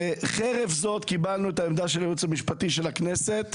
חרף זאת קיבלנו את הדעה של הייעוץ המשפטי של הכנסת,